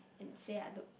and say I look